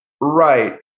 Right